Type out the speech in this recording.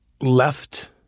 left